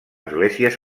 esglésies